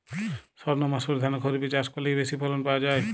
সর্ণমাসুরি ধান খরিপে চাষ করলে বেশি ফলন পাওয়া যায়?